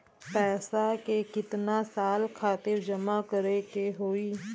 पैसा के कितना साल खातिर जमा करे के होइ?